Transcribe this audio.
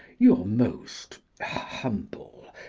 your most humble,